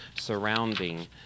surrounding